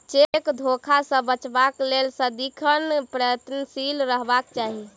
cheque धोखा सॅ बचबाक लेल सदिखन प्रयत्नशील रहबाक चाही